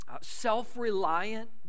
self-reliant